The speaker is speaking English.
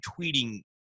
tweeting